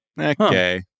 Okay